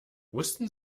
wussten